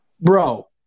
Bro